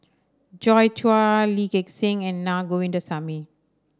Joi Chua Lee Gek Seng and Naa Govindasamy